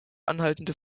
anhaltende